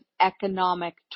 economic